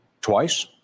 twice